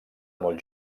molt